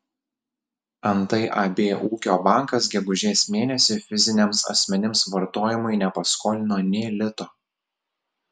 antai ab ūkio bankas gegužės mėnesį fiziniams asmenims vartojimui nepaskolino nė lito